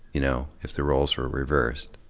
you know, if the roles were reversed.